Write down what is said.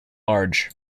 large